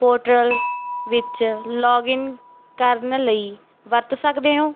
portal ਵਿੱਚ login ਕਰਨ ਲਈ ਵਰਤ ਸਕਦੇ ਹੋ